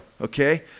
okay